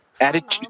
attitude